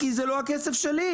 כי זה לא הכסף שלי.